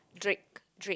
drake drake